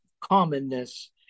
commonness